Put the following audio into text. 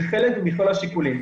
היא חלק מכלל השיקולים.